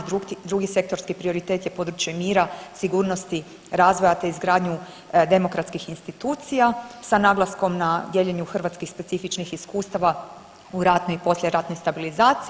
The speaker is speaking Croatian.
Drugi sektorski prioritet je područje mira, sigurnosti, razvoja te izgradnju demokratskih institucija sa naglaskom na dijeljenju hrvatskih specifičnih iskustava u ratnoj i poslijeratnoj stabilizaciji.